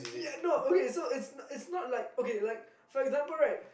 ya no okay so it's it's not like okay like for example right